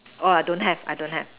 !wah! I don't have I don't have